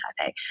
Taipei